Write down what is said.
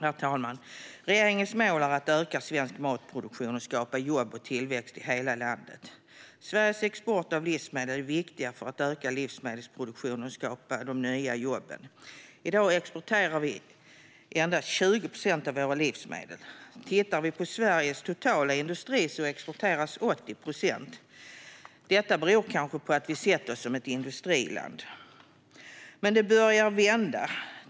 Herr talman! Regeringens mål är att öka svensk matproduktion och skapa jobb och tillväxt i hela landet. Sveriges export av livsmedel är viktig för att öka livsmedelsproduktionen och skapa de nya jobben. I dag exporterar vi endast 20 procent av våra livsmedel. Tittar vi på Sveriges totala industri kan vi se att 80 procent exporteras. Det beror kanske på att vi har sett oss som ett industriland. Det börjar dock vända.